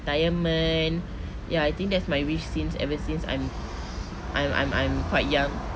retirement ya I think that's my wish since ever since I'm I'm I'm I'm quite young